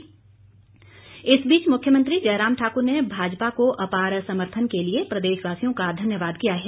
CM इस बीच मुख्यमंत्री जयराम ठाकुर ने भाजपा को अपार समर्थन देने के लिए प्रदेशवासियों का धन्यवाद किया है